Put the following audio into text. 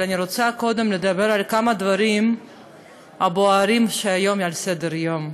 אבל אני רוצה קודם לדבר על כמה דברים בוערים שהם היום על סדר-היום.